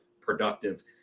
productive